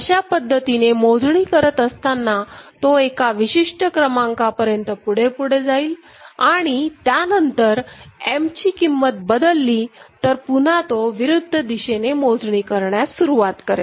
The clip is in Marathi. अशा पद्धतीने मोजणी करत असताना तो एका विशिष्ट क्रमांकापर्यंत पुढे पुढे जाईल आणि त्यानंतर M ची किंमत बदलली तर पुन्हा तो विरुद्ध दिशेने मोजणी करण्यास सुरुवात करेल